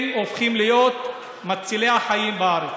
הם הופכים להיות מצילי החיים בארץ,